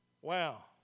Wow